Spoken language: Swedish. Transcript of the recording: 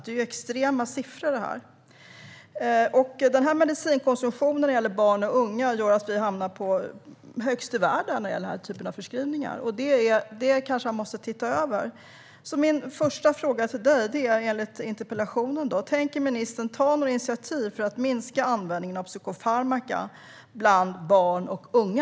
Det här är extrema siffror. Med den medicinkonsumtionen när det gäller barn och unga hamnar vi högst i världen för den här typen av förskrivningar. Det kanske man måste se över. Min första fråga till dig är, som i interpellationen: Tänker ministern ta några initiativ för att användningen av psykofarmaka bland och unga ska minska?